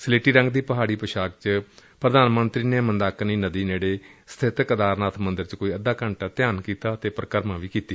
ਸਲੇਟੀ ਰੰਗ ਦੀ ਪਹਾੜੀ ਪੁਸ਼ਾਕ ਚ ਪੁਧਾਨ ਮੰਤਰੀ ਨੇ ਮੰਦਾਂਕਿਨੀ ਨਦੀ ਨੇੜੇ ਸਥਿਤ ਕੇਦਾਰਨਾਥ ਮੰਦਰ ਚ ਕੋਈ ਅੱਧਾ ਘੰਟਾ ਧਿਆਨ ਕੀਤਾ ਅਤੇ ਪਰਿਕਰਮਾ ਵੀ ਕੀਤੀ